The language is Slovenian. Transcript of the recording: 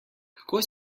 kako